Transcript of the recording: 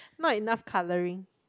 not enough colouring